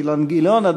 אילן גילאון,